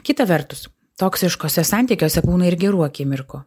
kita vertus toksiškuose santykiuose būna ir gerų akimirkų